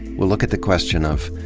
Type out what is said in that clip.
we'll look at the question of,